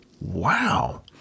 Wow